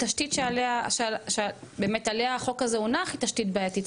התשתית שעליה החוק הזה הונח היא תשתית בעייתית.